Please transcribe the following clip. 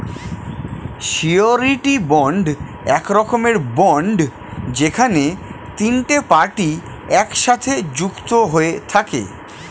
surety bond এক রকমের bond যেখানে তিনটে পার্টি একসাথে যুক্ত হয়ে থাকে